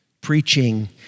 preaching